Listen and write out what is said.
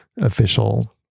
official